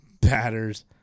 batters